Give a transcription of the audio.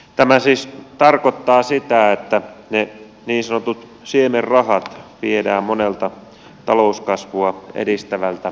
tämä siis tarkoittaa sitä että ne niin sanotut siemenrahat viedään monelta talouskasvua edistävältä hankkeelta